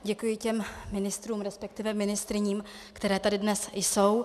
Děkuji těm ministrům, resp. ministryním, které tady dnes jsou.